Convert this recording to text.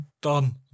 done